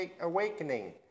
Awakening